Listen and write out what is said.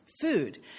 food